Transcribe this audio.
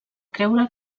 creure